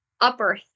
upper